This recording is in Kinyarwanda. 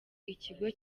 ikigo